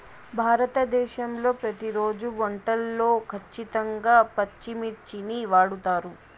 భారతదేశంలో ప్రతిరోజు వంటల్లో ఖచ్చితంగా పచ్చిమిర్చిని వాడుతారు